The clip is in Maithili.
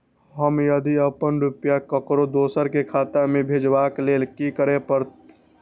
हम यदि अपन रुपया ककरो दोसर के खाता में भेजबाक लेल कि करै परत?